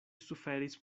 suferis